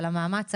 על המאמץ,